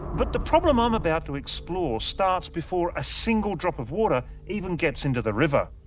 but the problem i'm about to explore starts before a single drop of water even gets into the river,